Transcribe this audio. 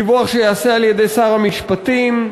דיווח שייעשה על-ידי שר המשפטים,